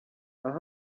aho